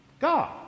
God